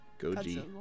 Goji